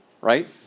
right